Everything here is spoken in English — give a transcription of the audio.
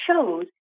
shows